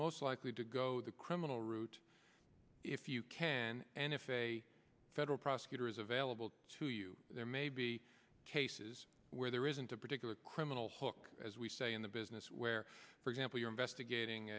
most likely to go the criminal route if you can and if a federal prosecutor is available to you there may be cases where there isn't a particular criminal hook as we say in the business where for example you're